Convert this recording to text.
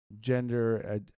gender